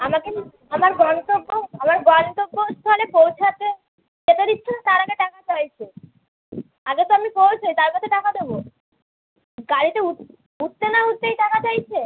আমাকে আমার গন্তব্য আমার গন্তব্যস্থলে পৌঁছাতে যেতে দিচ্ছে না তার আগে টাকা চাইছে আগে তো আমি পৌঁছোই তারপরে তো আমি টাকা দেবো গাড়িতে উঠতে না উঠতেই টাকা চাইছে